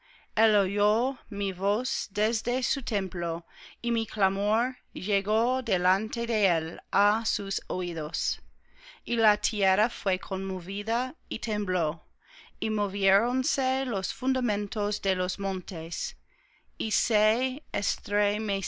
el oyó mi voz desde su templo y mi clamor llegó delante de él á sus oídos y la tierra fué conmovida y tembló y moviéronse los fundamentos de los montes y se